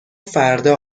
فردا